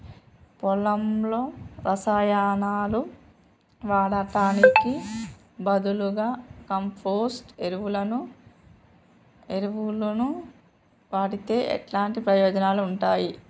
పొలంలో రసాయనాలు వాడటానికి బదులుగా కంపోస్ట్ ఎరువును వాడితే ఎలాంటి ప్రయోజనాలు ఉంటాయి?